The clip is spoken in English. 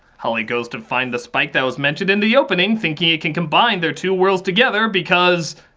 holli goes to find the spike that was mentioned in the opening thinking it could combine their two worlds together because.